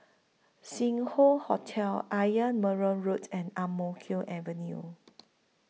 Sing Hoe Hotel Ayer Merbau Road and Ang Mo Kio Avenue